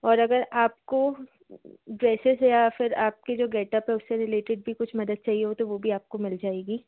और अगर आपको ड्रेसेज़ या फिर आपकी जो गेटअप है उससे रिलेटेड भी कुछ मदद चाहिए हो तो वो भी आपको मिल जाएगी